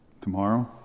tomorrow